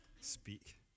speak